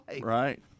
Right